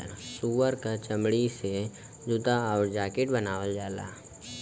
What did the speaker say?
सूअर क चमड़ी से जूता आउर जाकिट बनावल जाला